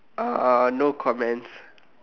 uh no comments